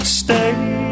stay